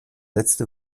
letzte